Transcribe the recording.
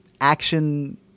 action